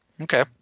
Okay